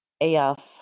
AF